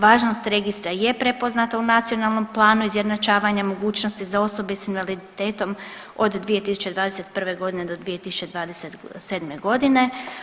Važnost registra je prepoznata u nacionalnom planu izjednačavanja mogućnosti za osobe s invaliditetom od 2021. godine do 2027. godine.